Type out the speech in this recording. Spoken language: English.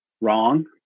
wrong